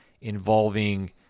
involving